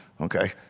okay